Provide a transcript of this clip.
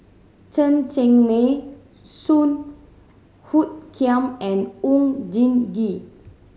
Chen Cheng Mei Song Hoot Kiam and Oon Jin Gee